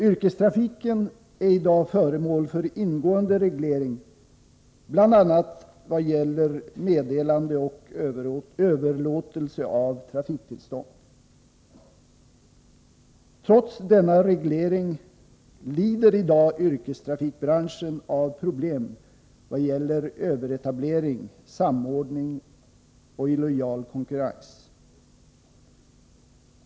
Yrkestrafiken är i dag föremål för ingående reglering bl.a. i vad gäller meddelande och överlåtelse av trafiktillstånd. Trots denna reglering lider i dag yrkestrafikbranschen av problem i vad gäller överetablering, samordning och illojal konkurrens.